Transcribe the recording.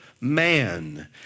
man